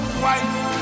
white